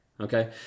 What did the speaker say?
Okay